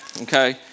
Okay